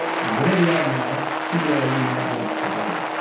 from where we are now, to where we might want to be.